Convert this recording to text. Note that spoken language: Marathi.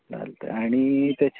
चालत आहे आणि त्याच्या